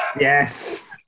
yes